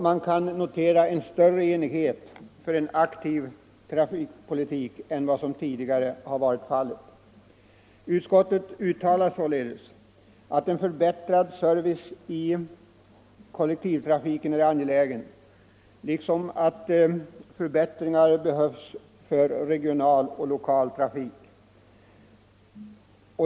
Man kan notera en större enighet för en aktiv trafikpolitik än vad som tidigare har varit fallet. Utskottet uttalar således att en förbättrad service i kollektivtrafiken är angelägen och att förbättringar behövs för regional och lokal trafik.